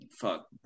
fuck